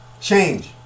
Change